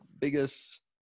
biggest